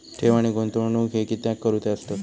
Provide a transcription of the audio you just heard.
ठेव आणि गुंतवणूक हे कित्याक करुचे असतत?